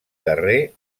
carrer